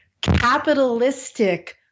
capitalistic